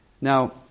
Now